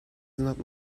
not